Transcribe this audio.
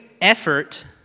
effort